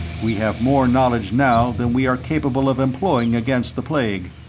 we have more knowledge now than we are capable of employing against the plague.